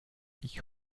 ich